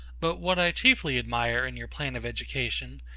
but what i chiefly admire in your plan of education,